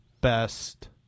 best